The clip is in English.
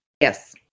Yes